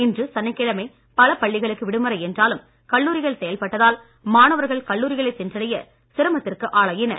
இன்று சனிக்கிழமை பல பள்ளிகளுக்கு விடுமுறை என்றாலும் கல்லூரிகள் செயல்பட்டதால் மாணவர்கள் கல்லூரிகளை சென்றடைய சிரமத்திற்கு ஆளாயினர்